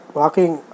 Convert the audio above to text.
walking